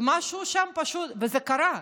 ומשהו שם פשוט, וזה קרה.